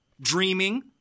dreaming